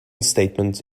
statement